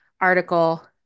article